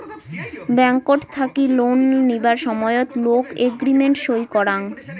ব্যাংকট থাকি লোন নিবার সময়ত লোক এগ্রিমেন্ট সই করাং